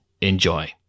enjoy